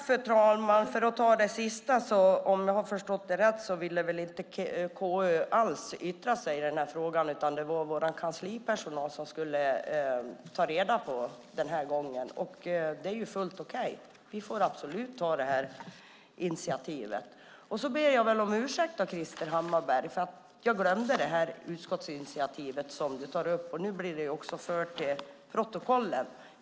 Fru talman! För att ta det sista först ville väl inte KU alls yttra sig i den här frågan, om jag har förstått det rätt, utan det var vår kanslipersonal som skulle ta reda det här den här gången. Och det är fullt okej. Vi får absolut ta det här initiativet. Sedan får jag väl be om ursäkt, Krister Hammarbergh, för att jag glömde det utskottsinitiativ som du tog upp. Nu blir det också fört till protokollet.